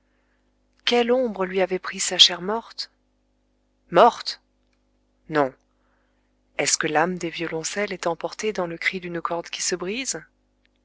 quelle ombre lui avait pris sa chère morte morte non est-ce que l'âme des violoncelles est emportée dans le cri d'une corde qui se brise